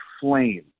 flame